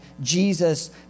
Jesus